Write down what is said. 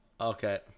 Okay